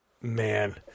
Man